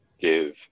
give